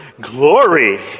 glory